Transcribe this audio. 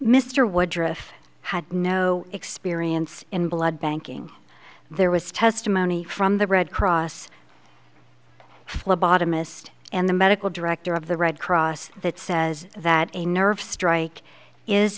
mr wood dressed had no experience in blood banking there was testimony from the red cross phlebotomist and the medical director of the red cross that says that a nerve strike is